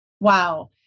Wow